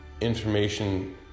information